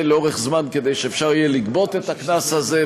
לאורך זמן כדי שאפשר יהיה לגבות את הקנס הזה,